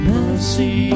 Mercy